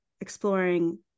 exploring